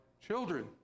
children